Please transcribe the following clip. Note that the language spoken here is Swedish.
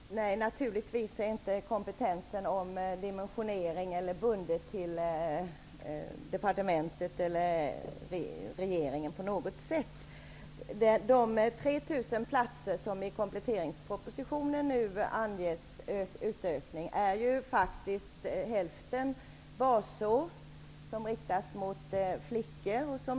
Fru talman! Naturligtvis är inte kompetensen när det gäller dimensioneringen på något sätt bundet departementet eller regeringen. Av de 3 000 platser i utökning som nu anges i kompletteringspropositionen utgörs hälften av basår som riktas mot flickor.